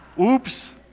Oops